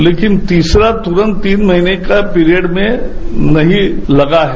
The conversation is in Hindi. लेकिन तीसरा तुरन्त तीन महीने का पीरियड में नहीं लगा है